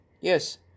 Yes